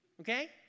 Okay